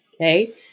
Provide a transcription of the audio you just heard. Okay